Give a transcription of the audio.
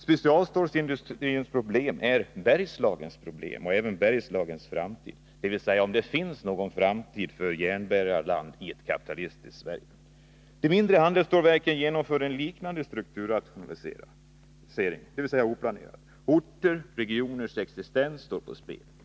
Specialstålsindustrins problem är Bergslagens problem och även dess framtid — om det finns någon framtid för järnbärarland i ett kapitalistiskt Sverige. De mindre handelsstålsverken genomför liknande dvs. oplanerad, strukturnationalisering. Orters och regioners existens står på spel.